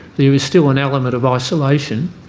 there is still an element of isolation